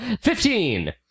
Fifteen